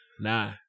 nah